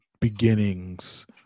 beginnings